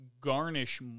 garnish